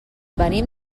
venim